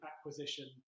acquisition